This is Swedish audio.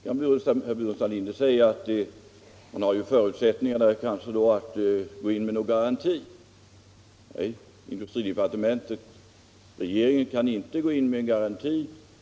Herr Burenstam Linder säger att det kanske finns förutsättningar att gå in med någon garanti. Nej, regeringen kan inte gå in med en garanti.